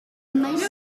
most